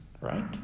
Right